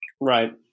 right